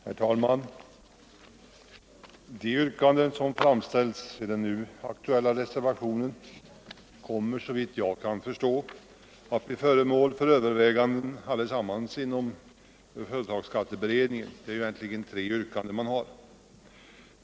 Herr talman! De yrkanden som framställts i den nu aktuella reservationen kommer, såvitt jag kan förstå, att samtliga bli föremål för överväganden inom företagsskatteberedningen.